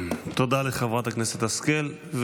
תודה לחברת הכנסת השכל.